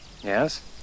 Yes